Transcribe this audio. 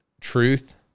truth